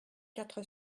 quatre